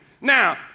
Now